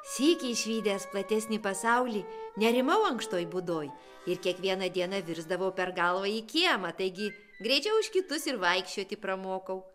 sykį išvydęs platesnį pasaulį nerimau ankštoj būdoj ir kiekvieną dieną virsdavo per galvą į kiemą taigi greičiau už kitus ir vaikščioti pramokau